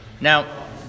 Now